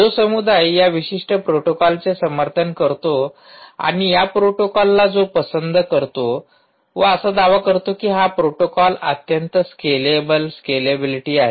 जो समुदाय या विशिष्ट प्रोटोकॉलचे समर्थन करतो आणि या प्रोटोकॉलला जो पसंद करतो व असा दावा करतो की हा प्रोटोकॉल अत्यंत स्केलेबल स्केलेबिलिटी आहे